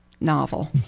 novel